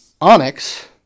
Onyx